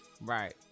Right